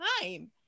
time